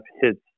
hits